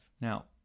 Now